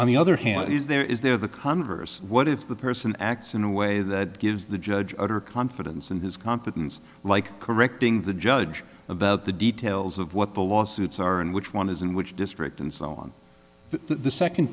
on the other hand is there is there the converse what if the person acts in a way that gives the judge utter confidence in his competence like correcting the judge about the details of what the lawsuits are and which one isn't which district and so on the second